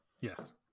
yes